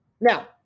Now